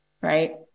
right